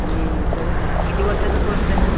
आणि सर किती वर्षाचा कोर्स आहे हा